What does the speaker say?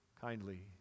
kindly